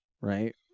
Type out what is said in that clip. right